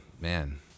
man